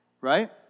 Right